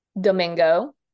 domingo